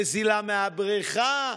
נזילה מהבריכה,